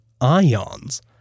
Ions